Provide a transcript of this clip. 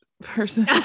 person